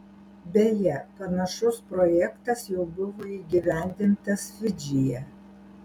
beje panašus projektas jau buvo įgyvendintas fidžyje